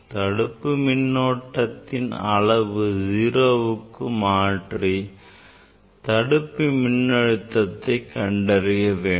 தடுப்பு மின்னோட்டத்தின் அளவை 0வுக்கு மாற்றி தடுப்பு மின் அழுத்தத்தை கண்டறிய வேண்டும்